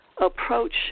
approach